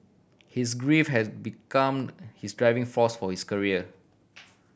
his grief has become his driving force for his career